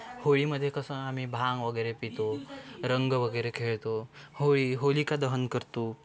होळीमध्ये कसं आम्ही भांग वगैरे पितो रंग वगैरे खेळतो होळी होलिका दहन करतो